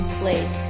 place